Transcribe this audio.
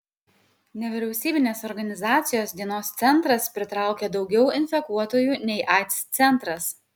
nevyriausybinės organizacijos dienos centras pritraukia daugiau infekuotųjų nei aids centras